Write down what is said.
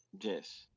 Yes